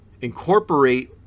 incorporate